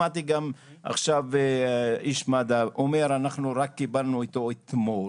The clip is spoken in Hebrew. שמעתי גם עכשיו איש מד"א אומר 'אנחנו רק קיבלנו אותו אתמול'.